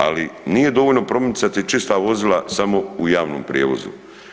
Ali nije dovoljno promicati čista vozila samo u javnom prijevozu.